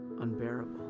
unbearable